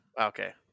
Okay